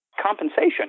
compensation